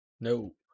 No